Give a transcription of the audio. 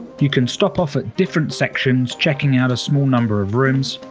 you can stop off at different sections checking out a small number of rooms.